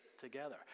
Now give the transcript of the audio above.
together